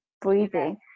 breathing